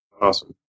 Awesome